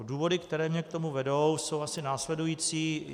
Důvody, které mě k tomu vedou, jsou asi následující.